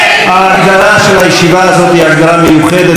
שההגדרה של הישיבה הזאת היא הגדרה מיוחדת,